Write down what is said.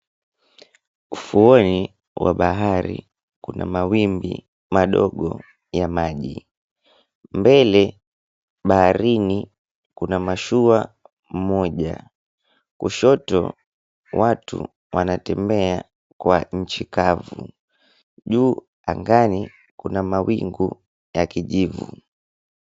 Ufuoni wa bahari kuna mawimbi madogo ya maji. Mbele baharini kuna mashua moja. Kushoto, watu wanatembea kwa nchi kavu. Juu angani kuna mawingu ya kijivu.